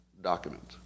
document